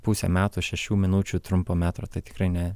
pusę metų šešių minučių trumpo metro tai tikrai ne